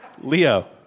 Leo